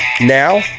Now